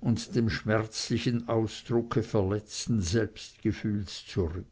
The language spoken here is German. und dem schmerzlichen ausdrucke verletzten selbstgefühls zurück